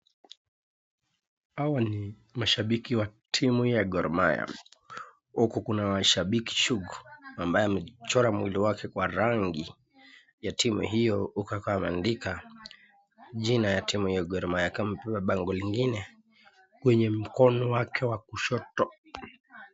Hawa ni mashabiki wa timu ya Gor mahia huku kuna mashabibiki sugu ambaye amejichora mwili wake kwa rangi ya timu hiyo huku akiwa ameandika jina ya timu ya Gor mahia kama pia bango lingine kwenye mkono wa kushoto.